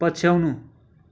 पछ्याउनु